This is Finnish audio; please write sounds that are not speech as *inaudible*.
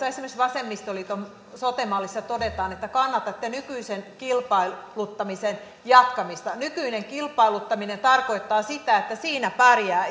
*unintelligible* esimerkiksi vasemmistoliiton sote mallissa todetaan että kannatatte nykyisen kilpailuttamisen jatkamista nykyinen kilpailuttaminen tarkoittaa sitä että siinä pärjäävät *unintelligible*